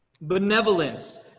benevolence